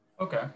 Okay